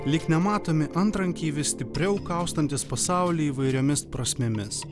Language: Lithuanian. lyg nematomi antrankiai vis stipriau kaustantys pasaulį įvairiomis prasmėmis